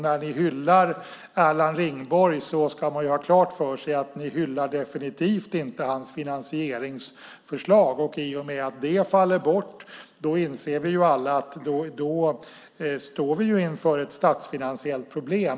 När ni hyllar Erland Ringborg ska vi ha klart för oss att ni definitivt inte hyllar hans finansieringsförslag. I och med att det faller bort inser vi alla att vi står inför ett statsfinansiellt problem.